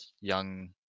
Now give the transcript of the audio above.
young